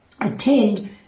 attend